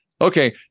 okay